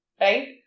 right